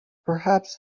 perhaps